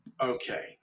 okay